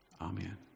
Amen